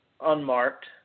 unmarked